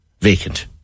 vacant